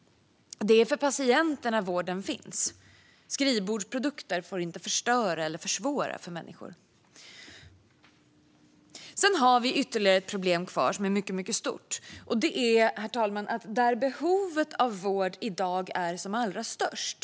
Det är för patienterna vården finns, och skrivbordsprodukter får inte förstöra eller försvåra för människor. Vi har ytterligare ett problem kvar som är mycket stort, herr talman, och det är att tillgången till vård i dag är som lägst där behovet av vård är som allra störst.